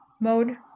mode